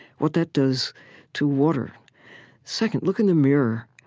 what that does to water second, look in the mirror.